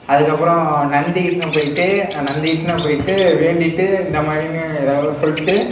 அதுக்கப்புறம் நந்திகிட்ன போயிட்டு நந்திகிட்ன போயிட்டு வேண்டிட்டு இந்த மாதிரினு ஏதோ சொல்லிட்டு